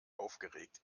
aufgeregt